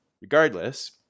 Regardless